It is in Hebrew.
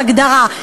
בהגדרה,